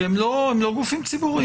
כי הם לא גופים ציבוריים,